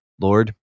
lord